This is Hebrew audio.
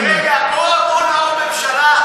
אז כרגע או עמונה או הממשלה,